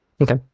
Okay